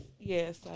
Yes